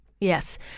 Yes